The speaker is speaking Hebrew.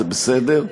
זה בסדר,